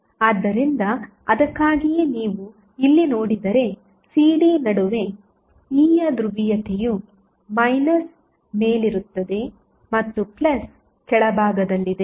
ಆದ್ದರಿಂದ ಅದಕ್ಕಾಗಿಯೇ ನೀವು ಇಲ್ಲಿ ನೋಡಿದರೆ cd ನಡುವೆ E ಯ ಧ್ರುವೀಯತೆಯು ಮೈನಸ್ ಮೇಲಿರುತ್ತದೆ ಮತ್ತು ಪ್ಲಸ್ ಕೆಳಭಾಗದಲ್ಲಿದೆ